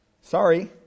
Sorry